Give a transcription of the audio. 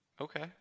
Okay